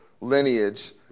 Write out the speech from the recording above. lineage